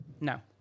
no